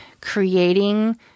creating